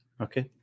okay